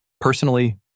Personally